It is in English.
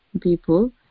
people